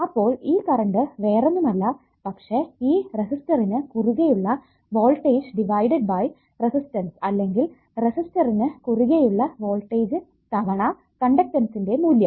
അപ്പോൾ ഈ കറണ്ട് വേറൊന്നുമല്ല പക്ഷേ ഈ റെസിസ്റ്റരിനു കുറുകെയുള്ള വോൾട്ടേജ് ഡിസൈഡ് ബൈ റസിസ്റ്റൻസ് അല്ലെങ്കിൽ റെസിസ്റ്റരിനു കുറുകെയുള്ള വോൾട്ടേജ് തവണ കണ്ടക്ടൻസിന്റെ മൂല്യം